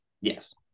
Yes